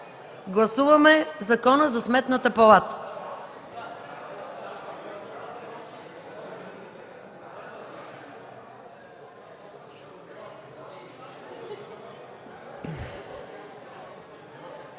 гласуване Закона за Сметната палата,